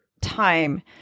time